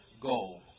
goal